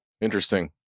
Interesting